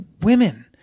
women